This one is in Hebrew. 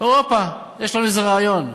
אמרו: הופה, יש לנו איזה רעיון.